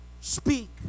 speak